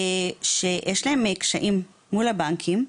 שיש להם קשיים מול הבנקים,